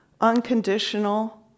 unconditional